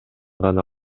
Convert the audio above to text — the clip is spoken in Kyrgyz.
гана